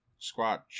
Squatch